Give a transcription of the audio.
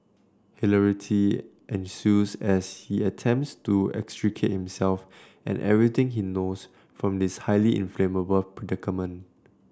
hilarity ensues as he attempts to extricate himself and everything he knows from this highly inflammable predicament